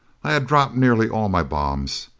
i had dropped nearly all my bombs.